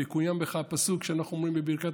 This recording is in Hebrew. ויקוים בך הפסוק שאנחנו אומרים בברכת